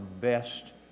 best